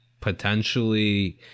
potentially